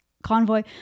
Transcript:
convoy